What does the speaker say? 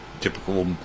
typical